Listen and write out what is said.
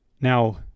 Now